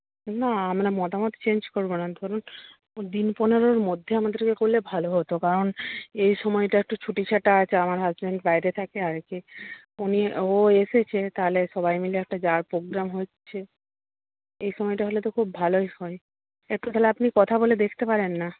না মানে মতামত চেঞ্জ করব না ধরুন দিন পনেরোর মধ্যে আমাদেরকে করলে ভালো হতো কারণ এই সময়টা একটু ছুটিছাটা আছে আমার হাজব্যান্ড বাইরে থাকে আর কি উনি ও এসেছে তাহলে সবাই মিলে একটা যাওয়ার প্রোগ্রাম হচ্ছে এই সময়টা হলে তো খুব ভালোই হয় একটু তাহলে আপনি কথা বলে দেখতে পারেন না